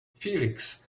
felix